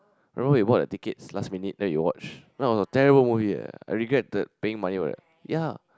remember we bought the tickets last minute then we watch that was a terrible movie eh I regretted paying money for that ya